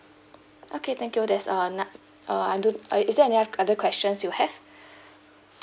okay thank you that's all na~ uh I don't uh is there any other questions you have